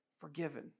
forgiven